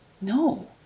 No